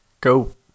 go